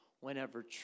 whenever